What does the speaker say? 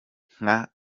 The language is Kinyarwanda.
nka